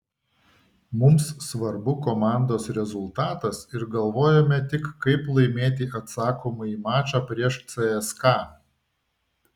mums svarbu komandos rezultatas ir galvojame tik kaip laimėti atsakomąjį mačą prieš cska